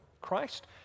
Christ